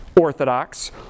orthodox